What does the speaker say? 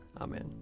Amen